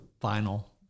Final